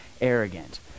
arrogant